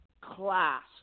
class